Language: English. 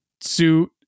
suit